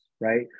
right